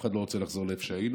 אף אחד לא רוצה לחזור לאיפה שהיינו,